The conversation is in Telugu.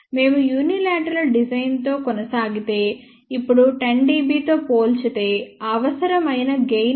మేము యూనిలేట్రల్ డిజైన్ తో కొనసాగితే ఇప్పుడు 10 dB తో పోల్చితే అవసరమైన గెయిన్ 0